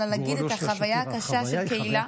אלא להגיד על החוויה הקשה של קהילה,